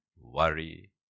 worry